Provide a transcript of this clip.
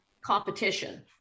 competition